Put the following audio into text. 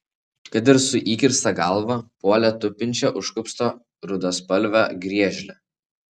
kad ir su įkirsta galva puolė tupinčią už kupsto rudaspalvę griežlę